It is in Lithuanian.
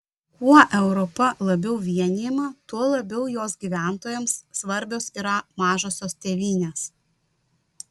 kuo europa labiau vienijama tuo labiau jos gyventojams svarbios yra mažosios tėvynės